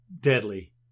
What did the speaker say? deadly